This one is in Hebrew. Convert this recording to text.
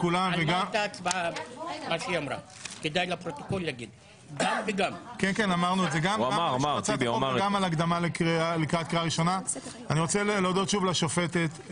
הצבעה בעד הצעת החוק והקדמת הדיון 5 הצעת חוק הכנסת (תיקון מס' 51)